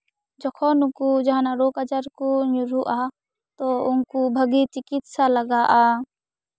ᱡᱚᱠᱷᱚᱱ ᱱᱩᱠᱩ ᱡᱟᱦᱟᱸᱱᱟᱜ ᱨᱳᱜᱽ ᱟᱡᱟᱨ ᱨᱮᱠᱩ ᱧᱩᱨᱩᱜᱼᱟ ᱛᱚ ᱩᱱᱠᱩ ᱵᱷᱟᱜᱤ ᱪᱤᱠᱤᱛᱥᱟ ᱞᱟᱜᱟᱜᱼᱟ